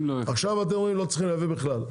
עכשיו אתם אומרים לא צריכים להביא בכלל,